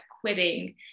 quitting